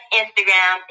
instagram